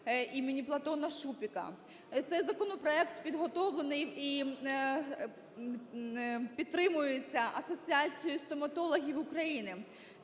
імені Платона Шупика. Цей законопроект підготовлений і підтримується Асоціацією стоматологів України.